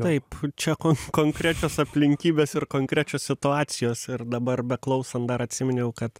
taip čia ko konkrečios aplinkybės ir konkrečios situacijos ir dabar beklausant dar atsiminiau kad